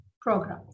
program